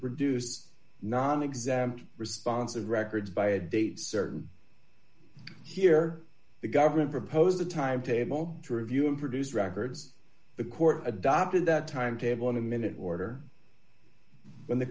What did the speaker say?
produce nonexempt response of records by a date certain here the government proposed a time table to review and produce records the court adopted that time table in a minute order when the